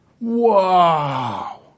Wow